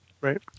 right